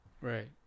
Right